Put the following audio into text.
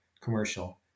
commercial